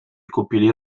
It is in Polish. kupili